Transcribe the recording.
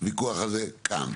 הוויכוח הזה כאן.